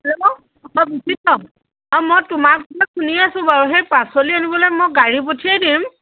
hello অঁ বিচিত্ৰ অঁ মই তোমাক শুনি আছোঁ বাৰু সেই পাচলি আনিবলৈ মই গাড়ী পঠিয়াই দিম